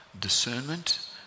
discernment